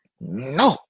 No